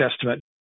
Testament